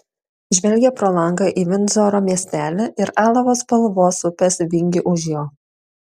žvelgė pro langą į vindzoro miestelį ir alavo spalvos upės vingį už jo